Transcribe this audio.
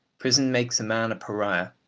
prison makes a man a pariah.